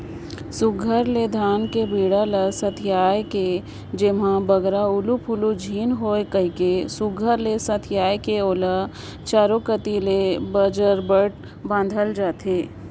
सुग्घर ले धान कर बीड़ा ल सथियाए के जेम्हे बगरा उलु फुलु झिन होए कहिके सुघर ले सथियाए के ओला चाएरो कती ले बजरबट बाधल जाथे